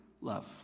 love